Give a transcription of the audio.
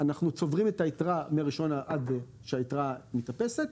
אנחנו צוברים את היתרה מה-1 עד שהיתרה מתאפסת,